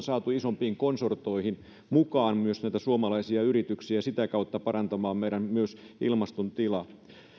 saatu isompiin konsortioihin mukaan myös näitä suomalaisia yrityksiä ja sitä kautta parantamaan myös meidän ilmaston tilaa